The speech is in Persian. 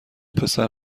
پسر